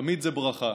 תמיד זה ברכה,